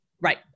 Right